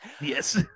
Yes